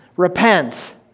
repent